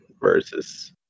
versus